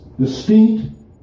distinct